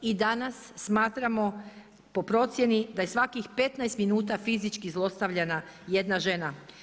I danas smatramo po procjeni da je svakih petnaest minuta fizički zlostavljana jedna žena.